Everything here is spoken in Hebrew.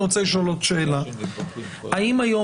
האם היום,